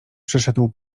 przyszedł